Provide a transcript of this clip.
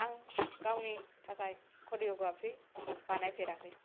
आं गावनि थाखाय करिय'ग्राफि बानायफेराखै